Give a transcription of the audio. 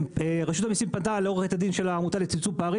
רשות המיסים פנתה לעורכת הדין של העמותה לצמצום פערים